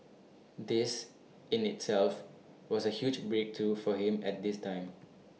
this in itself was A huge breakthrough for him at this time